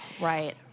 right